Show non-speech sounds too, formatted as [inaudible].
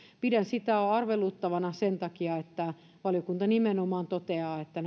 pidän sitä arveluttavana sen takia että valiokunta nimenomaan toteaa että [unintelligible]